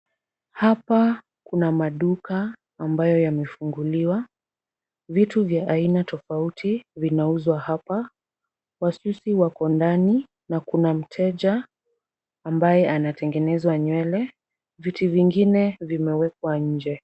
Hapa kuna maduka ambayo yamefunguliwa. Vitu vya aina tofauti vinauzwa hapa. Wasusi wako ndani na kuna mteja ambaye anatengenezwa nywele. Viti vingine vimewekwa nje.